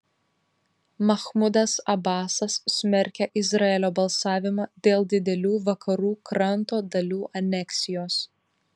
machmudas abasas smerkia izraelio balsavimą dėl didelių vakarų kranto dalių aneksijos